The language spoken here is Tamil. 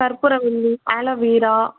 கற்பூரவல்லி ஆலோவேரா